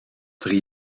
drie